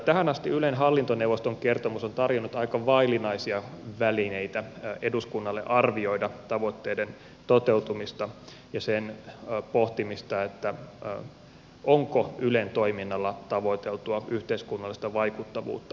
tähän asti ylen hallintoneuvoston kertomus on tarjonnut aika vaillinaisia välineitä eduskunnalle arvioida tavoitteiden toteutumista ja pohtia onko ylen toiminnalla tavoiteltua yhteiskunnallista vaikuttavuutta